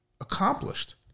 accomplished